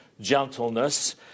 gentleness